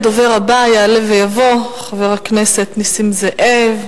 הדובר הבא, יעלה ויבוא חבר הכנסת נסים זאב.